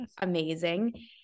amazing